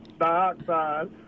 dioxide